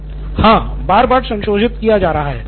नितिन कुरियन हाँ बार बार संशोधित किया जा सकेगा